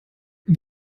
wie